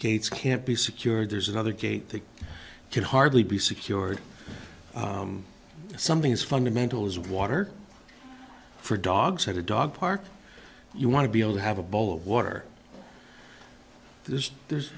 gates can't be secured there's another gate that can hardly be secured something as fundamental as water for dogs had a dog park you want to be able to have a bowl of water there's there's